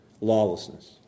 Lawlessness